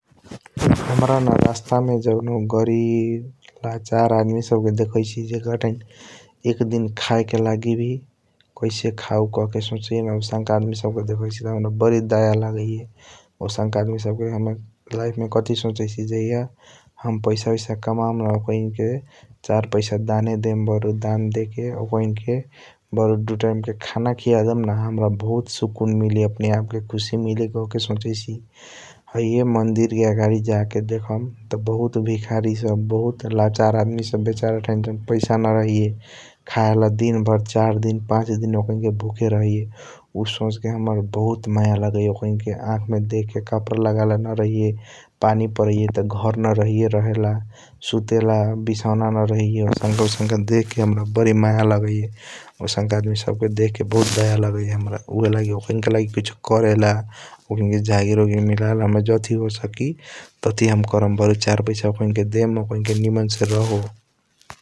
हाम्रा न जॉन हु रास्ता मे गरीब लाचार आदमी सब के देखाईसी जकरा थाई एकदिन खाया के लागि वी कैसे खाऊ कहके सोचैया न आउंसका आदमी सब के देखाईसी त । हाम्रा बारी दया लागैया आउंसनका आदमी सब के हम लाइफ मे कथी सोचैसि जाहिया हम पैसा ऑइस कमान न ओकैनके चार पैसा दान देम बरु दान देके ओकैनके । बरु दु टाइम के खाना खियां दें त हाम्रा बहुत सुकून मिली अपने आप के खुसी मिली कहके सोचैसि हैया मंदिर के आगड़ी जाके देखम त बहुत भिकारी सब बहुत लाचार आदमी सब । बेचार थाई जॉन थाई पैसा न रहैया खाया ला दिन भर चार दिन पाच दिन भूके रहिया उ सोच के हाम्रा बहुत माय लागैया ओकैनके आखा मे देखा के कपड़ा लगायल न रहिया । पनि पारैया त घर न रहैया रहेला सुतेला बिसाओन न रहिया आउसनक आउनसक देखा के हाम्रा बारी माय लागैया आउंसका आदमी सब देखा के बहुत दया लागैया । हाम्रा ऊहएलगी ओकैनके लागि किसियों करेला ओकैनके जागीर ओगीर मिलेला हाम्रा जयथी होय सकी तथी हम कर्म बरु चार पैसा ओकैनके दएम बरु ओकैनके निमन से रहो ।